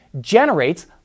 generates